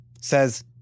says